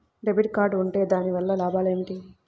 Debit card ఉంటే దాని వలన లాభం ఏమిటీ?